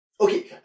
Okay